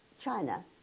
China